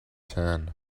tan